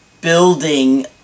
building